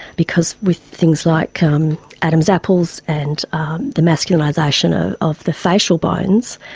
because with things like um adam's apples and the masculinisation ah of the facial bones,